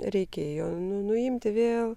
reikėjo nu nuimti vėl